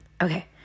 Okay